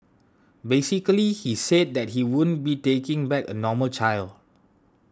basically he said that he wouldn't be taking back a normal child